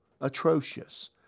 atrocious